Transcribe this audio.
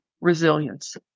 resilience